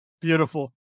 beautiful